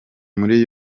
muri